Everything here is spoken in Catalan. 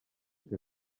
que